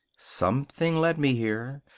something led me here.